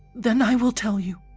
then i will tell you,